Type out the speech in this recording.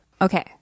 Okay